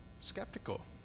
skeptical